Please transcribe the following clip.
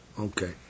Okay